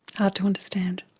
hard to understand.